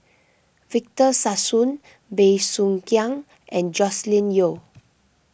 Victor Sassoon Bey Soo Khiang and Joscelin Yeo